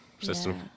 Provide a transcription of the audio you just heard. system